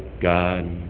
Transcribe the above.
God